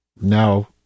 no